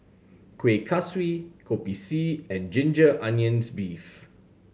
Kuih Kaswi Kopi C and ginger onions beef